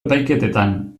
epaiketetan